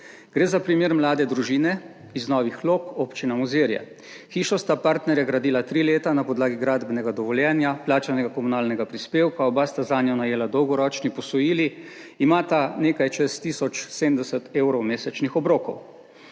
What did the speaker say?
Gre za primer mlade družine iz novih / nerazumljivo/ Občina Mozirje. Hišo sta partnerja gradila tri leta na podlagi gradbenega dovoljenja, plačanega komunalnega prispevka, oba sta zanjo najela dolgoročni posojili. Imata nekaj čez tisoč 70 evrov mesečnih obrokov.